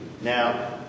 Now